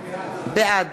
בעד